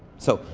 so,